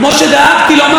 וכמו שדאגתי לומר,